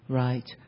right